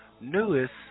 newest